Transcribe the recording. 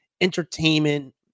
entertainment